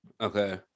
okay